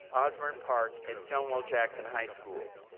osbourn park, and stonewall jackson high schools.